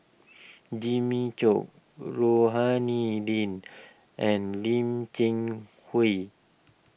Jimmy Chok Rohani Lim and Lim Cheng Hoe